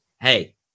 hey